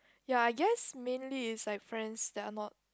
ya I guess mainly is like friends that are not